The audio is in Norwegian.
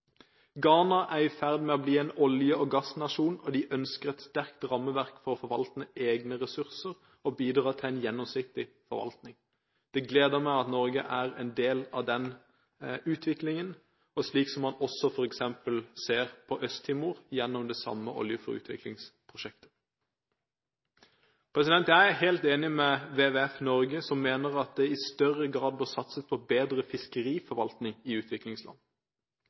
Ghana er i ferd med å bli en olje- og gassnasjon, og de ønsker et sterkt rammeverk for å forvalte egne ressurser og bidra til en gjennomsiktig forvaltning. Det gleder meg at Norge er en del av den utviklingen, slik man også ser f.eks. på Øst-Timor, gjennom det samme Olje for Utvikling-prosjektet. Jeg er helt enig med WWF-Norge som mener at det i større grad bør satses på bedre fiskeriforvaltning i utviklingsland.